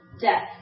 death